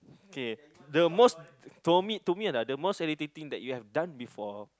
K the most to me to me lah the most irritating that you have done before